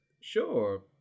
sure